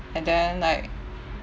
and then like